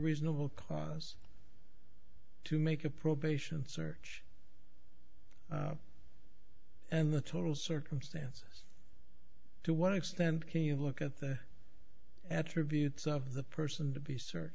reasonable cause to make a probation search and the total circumstances to what extent can you look at the attributes of the person to be searched